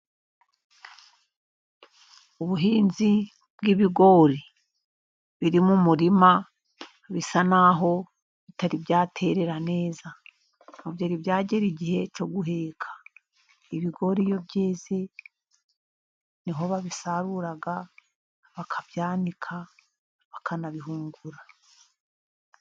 Ubuhinzi bw'ibigori biri mumurima bisa naho bitari byaterera neza, ntibyari byagera igihe cyo guheka. Ibigori iyo byeze niho babisarura, bakabyanika bakanabihungura.